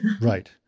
Right